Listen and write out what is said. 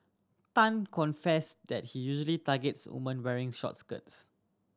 Tan confessed that he usually targets woman wearing short skirts